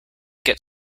get